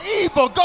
evil